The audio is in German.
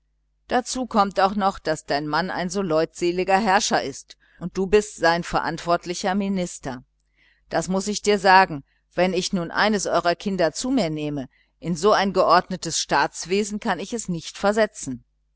dazu kommt auch noch daß dein mann ein so leutseliger herrscher ist und du bist sein verantwortlicher minister das muß ich dir sagen wenn ich nun eines eurer kinder zu mir nehme in ein so geordnetes staatswesen kann ich es nicht versetzen